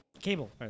Cable